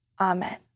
Amen